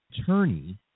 attorney